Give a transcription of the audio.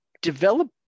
Develop